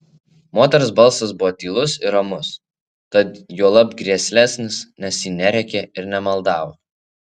moters balsas buvo tylus ir ramus tad juolab grėslesnis nes ji nerėkė ir nemaldavo